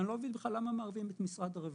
אני לא מבין למה בכלל מערבים את משרד הרווחה.